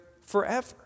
forever